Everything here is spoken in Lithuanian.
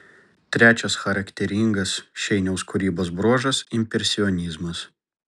trečias charakteringas šeiniaus kūrybos bruožas impresionizmas